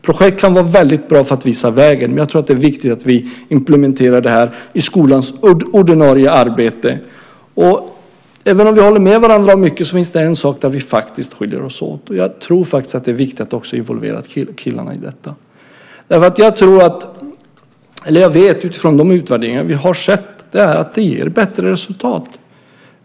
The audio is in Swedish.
Projekt kan vara bra för att visa vägen, men det är viktigt att vi implementerar detta i skolans ordinarie arbete. Även om vi håller med varandra om mycket finns det en sak där vi faktiskt skiljer oss åt. Jag tror faktiskt att det är viktigt att också involvera killarna i detta. Jag vet, utifrån de utvärderingar vi har sett, att det ger bättre resultat.